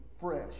fresh